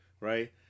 right